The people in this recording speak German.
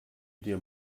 dir